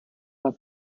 hast